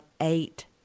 eight